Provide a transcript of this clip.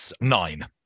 Nine